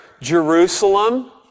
Jerusalem